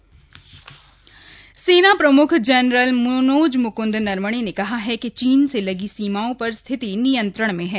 सेना प्रमख बयान सेना प्रम्ख जनरल मनोज म्क्ंद नरवणे ने कहा है कि चीन से लगी सीमाओं पर स्थिति नियंत्रण में हैं